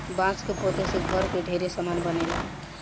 बांस के पौधा से घर के ढेरे सामान बनेला